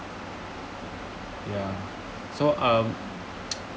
ya so um